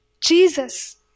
Jesus